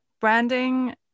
branding